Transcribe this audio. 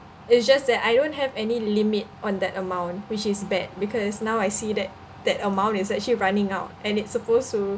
it's just that I don't have any limit on that amount which is bad because now I see that that amount is actually running out and it's supposed to